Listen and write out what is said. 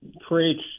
creates